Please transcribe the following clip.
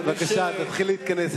בבקשה תתחיל להתכנס,